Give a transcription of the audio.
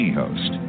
host